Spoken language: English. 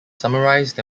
summarized